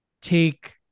take